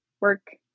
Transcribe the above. work